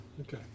Okay